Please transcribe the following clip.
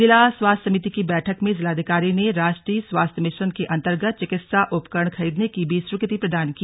जिला स्वास्थ्य समिति की बैठक में जिलाधिकारी ने राष्ट्रीय स्वास्थ्य मिशन के अन्तर्गत चिकित्सा उपकरण खरीदने की भी स्वीकृति प्रदान की